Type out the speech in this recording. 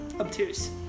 obtuse